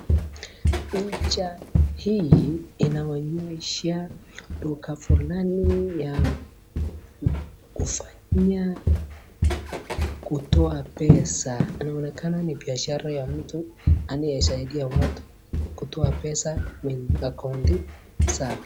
Picha hili inaonyesha duka fulani ya kufanya, kutoa pesa inaonekana ni biashara ya mtu anayesaidia watu kutoa pesa na akaunti zao.